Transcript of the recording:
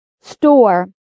store